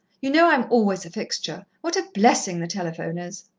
you know i'm always a fixture. what a blessing the telephone is!